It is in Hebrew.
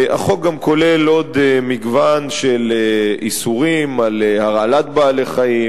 החוק גם כולל עוד מגוון של איסורים על הרעלת בעלי-חיים,